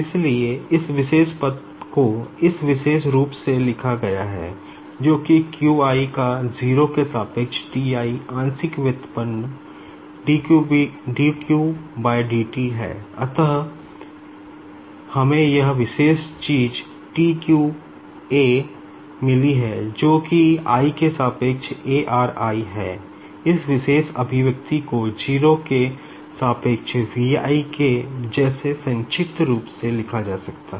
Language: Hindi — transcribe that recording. इसलिए इस विशेष पद को इस विशेष रूप में लिखा गया है जो कि q j का 0 के सापेक्ष T i आंशिक व्युत्पन्न dqdt है हमें यह विशेष चीज t a मिली है जो कि i के सापेक्ष a r i है